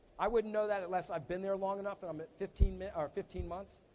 i wouldn't know that unless i'd been there long enough, and i'm at fifteen um fifteen months.